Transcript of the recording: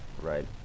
Right